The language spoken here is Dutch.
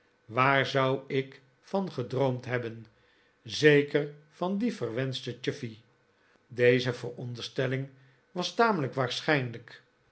waar zou ik van gedroomd hebben zeker van dien verwenschten chuffey deze veronderstelling was tamelijk waarschijnlijk